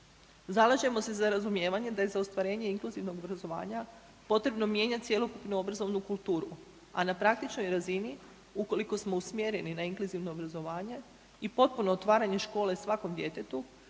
Zalažemo se za razumijevanje da je za ostvarenje inkluzivnog obrazovanja potrebno mijenjati cjelokupnu obrazovnu kulturu, a na praktičnoj razini ukoliko smo usmjereni na inkluzivno obrazovanje i potpuno otvaranje škole svakom djetetu